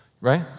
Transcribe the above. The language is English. right